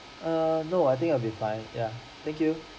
err no I think I'll be fine ya thank you